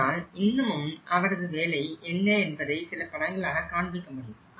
ஆனால் இன்னமும் அவரது வேலை என்ன என்பதை சில படங்களாக காண்பிக்க முடியும்